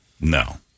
No